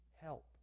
help